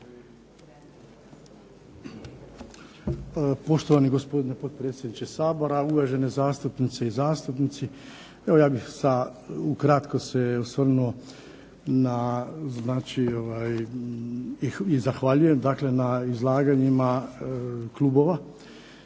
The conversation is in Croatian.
Poštovani gospodine potpredsjedniče Sabora, uvažene zastupnice i zastupnici. Ja bih ukratko se osvrnuo i zahvaljujem na izlaganjima Klubova,